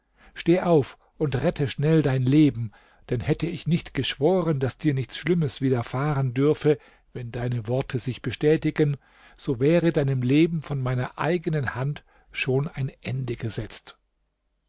steh auf und rette schnell dein leben denn hätte ich nicht geschworen daß dir nichts schlimmes widerfahren dürfe wenn deine worte sich bestätigten so wäre deinem leben von meiner eigenen hand schon ein ende gesetzt